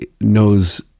knows